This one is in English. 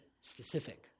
specific